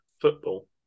football